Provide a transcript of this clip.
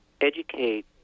educate